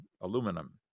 aluminum